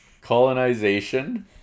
colonization